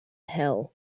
hell